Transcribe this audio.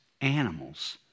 animals